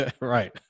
Right